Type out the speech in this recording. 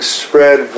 spread